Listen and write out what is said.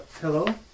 Hello